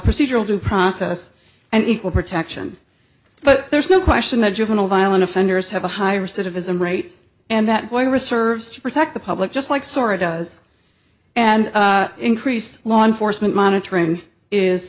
procedural due process and equal protection but there's no question that juvenile violent offenders have a high recidivism rate and that boy reserves to protect the public just like zorra does and increased law enforcement monitoring is